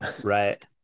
Right